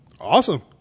Awesome